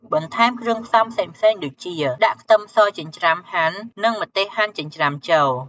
បន្ថែមគ្រឿងផ្សំផ្សេងៗដូចជា ដាក់ខ្ទឹមសចិញ្ច្រាំ ហាន់ និង ម្ទេសហាន់ ចិញ្ច្រាំ ចូល។